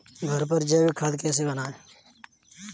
घर पर जैविक खाद कैसे बनाएँ?